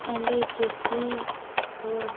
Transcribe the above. ᱟᱞᱮ ᱪᱟᱥᱤ ᱦᱚᱲ